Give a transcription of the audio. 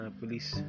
police